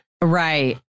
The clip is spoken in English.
Right